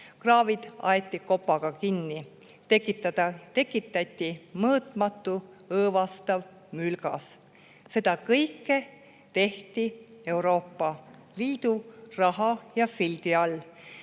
Kraavid aeti kopaga kinni. Tekitati mõõtmatu õõvastav mülgas. Seda kõike tehti Euroopa Liidu raha eest ja sildi all.